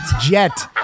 jet